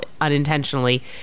unintentionally